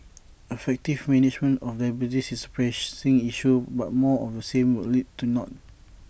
effective management of diabetes is A pressing issue but more of the same would lead to naught